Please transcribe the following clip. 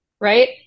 right